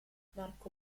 marco